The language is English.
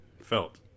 felt